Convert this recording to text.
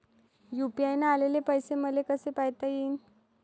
UPI न आलेले पैसे मले कसे पायता येईन?